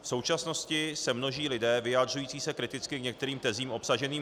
V současnosti se množí lidé vyjadřující se kriticky k některým tezím obsaženým v islámu.